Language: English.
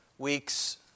Weeks